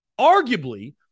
arguably